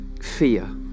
fear